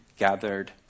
gathered